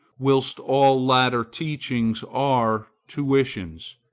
whilst all later teachings are tuitions.